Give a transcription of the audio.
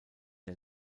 der